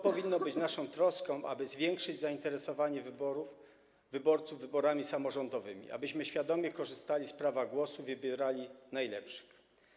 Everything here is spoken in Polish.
Powinno być naszą troską, aby zwiększyć zainteresowanie wyborców wyborami samorządowymi, abyśmy świadomie korzystali z prawa głosu i wybierali najlepszych.